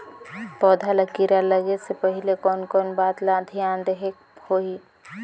पौध ला कीरा लगे से पहले कोन कोन बात ला धियान देहेक होही?